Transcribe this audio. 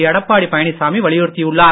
எடப்பாடி பழனிசாமி வலியுறுத்தியுள்ளார்